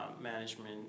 management